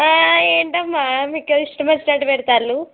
ఏంటమ్మా మీ కిష్టం వచ్చినట్టు పెడతున్నారు